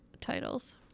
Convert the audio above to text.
titles